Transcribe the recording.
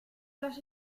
las